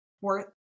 worth